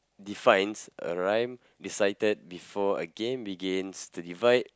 defines a rhyme recited before a game begins to divide